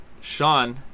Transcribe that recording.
Sean